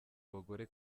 abagore